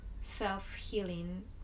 self-healing